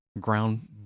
ground